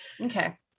Okay